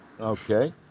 okay